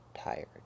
tired